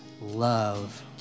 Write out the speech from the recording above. love